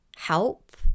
help